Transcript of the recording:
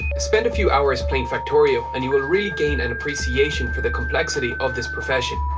spend a few hours playing factorio and you will really gain an appreciation for the complexity of this profession.